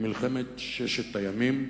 למלחמת ששת הימים.